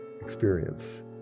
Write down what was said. experience